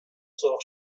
سرخ